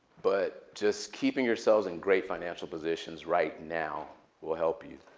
but just keeping yourselves in great financial positions right now will help you,